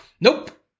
Nope